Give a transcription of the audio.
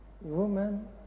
woman